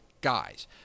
guys